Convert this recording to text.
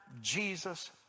Jesus